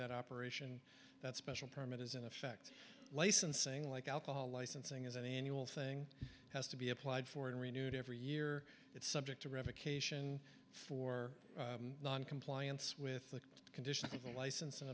that operation that special permit is in effect licensing like alcohol licensing is an annual thing has to be applied for and renewed every year it's subject to revocation for noncompliance with the conditions of the licens